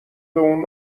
اون